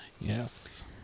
Yes